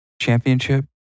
championship